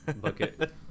bucket